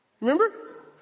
Remember